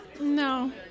No